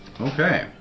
Okay